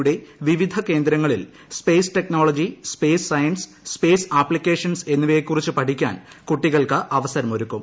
യുടെ വിവിധ കേന്ദ്രങ്ങളിൽ space technology space science space applications എന്നിവയെക്കുറിച്ച് പഠിക്കാൻക് കുട്ടികൾക്ക് അവസരം ഒരുക്കും